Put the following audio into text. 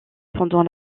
pendant